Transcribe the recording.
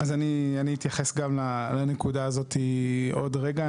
אני אתייחס גם לנקודה הזאת עוד רגע.